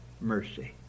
mercy